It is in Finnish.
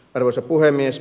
arvoisa puhemies